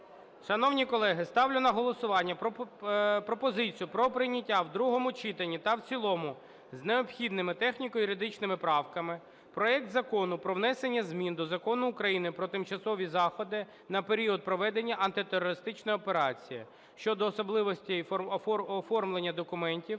Шановні колеги, ставлю на голосування пропозицію про прийняття в другому читанні та в цілому з необхідними техніко-юридичними правками проект Закону про внесення зміни до Закону України "Про тимчасові заходи на період проведення антитерористичної операції" (щодо особливостей оформлення документів,